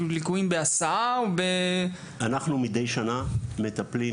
ליקויים בהסעה או --- אנחנו מדי שנה מטפלים